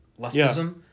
leftism